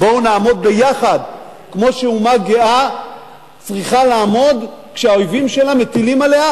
בואו נעמוד ביחד כמו שאומה גאה צריכה לעמוד כשהאויבים שלה מטילים עליה,